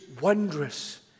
wondrous